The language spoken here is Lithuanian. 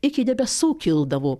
iki debesų kildavo